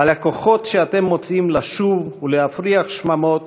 על הכוחות שאתם מוצאים לשוב ולהפריח שממות,